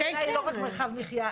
השאלה היא לא רק מרחב מחיה.